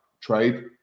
trade